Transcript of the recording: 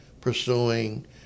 pursuing